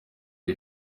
iyi